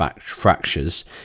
fractures